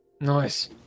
Nice